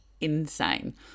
insane